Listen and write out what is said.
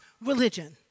religion